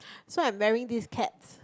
so I'm wearing this Keds